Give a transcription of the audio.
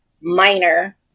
minor